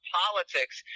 politics